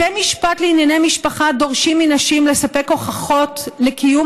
בתי משפט לענייני משפחה דורשים מנשים לספק הוכחות לקיום